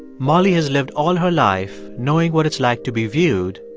molly has lived all her life knowing what it's like to be viewed,